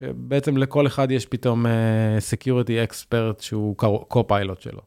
בעצם לכל אחד יש פתאום סקיורטי אקספרט שהוא קו פיילוט שלו.